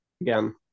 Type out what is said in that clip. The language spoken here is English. again